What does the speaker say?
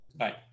right